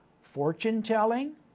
fortune-telling